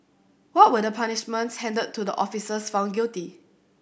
what were the punishments handed to the officers found guilty